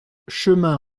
chemin